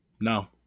No